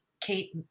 kate